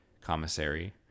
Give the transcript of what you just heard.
commissary